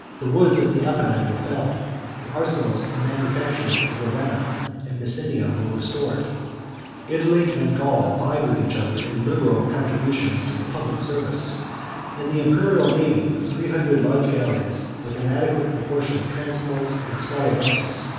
the woods of the apennine were felled the arsenals and manufactures of ravenna and misenum were restored italy and gaul vied with each other in liberal contributions to the public service and the imperial navy of three hundred large galleys, with an adequate proportion of transports and smaller vessels,